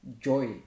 joy